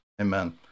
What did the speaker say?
amen